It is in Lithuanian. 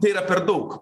tai yra per daug